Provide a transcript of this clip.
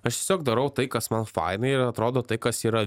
aš tiesiog darau tai kas man faina ir atrodo tai kas yra